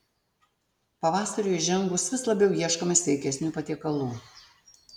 pavasariui įžengus vis labiau ieškome sveikesnių patiekalų